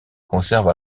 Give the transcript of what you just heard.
conserve